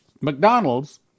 McDonald's